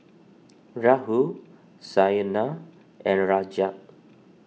Rahul Saina and Rajat